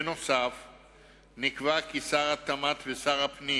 נוסף על כך, נקבע כי שר התמ"ת ושר הפנים,